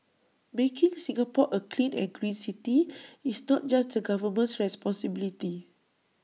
making Singapore A clean and green city is not just the government's responsibility